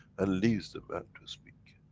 ah leaves the man to speak.